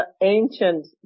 ancient